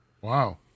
wow